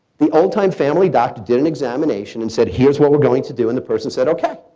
the old-time family doctor did an examination and said, here's what we're going to do, and the person said, okay.